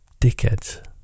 dickheads